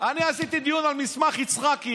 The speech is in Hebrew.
אני עשיתי דיון על מסמך יצחקי,